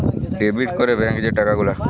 debit ক্যরে ব্যাংকে যে টাকা গুলা